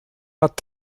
hat